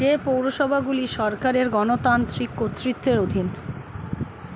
যে পৌরসভাগুলি সরকারের গণতান্ত্রিক কর্তৃত্বের অধীন